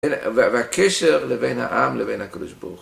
והקשר לבין העם לבין הקדוש ברוך הוא.